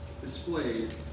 displayed